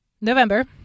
November